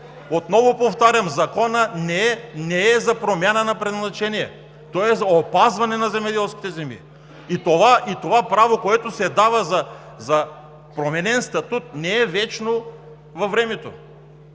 Отново повтарям: Законът не е за промяна на предназначение, той е за опазване на земеделските земи. Това право, което се дава за променен статут, не е вечно във времето,